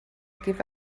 give